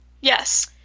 Yes